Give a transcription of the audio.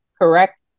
correct